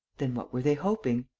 then what were they hoping?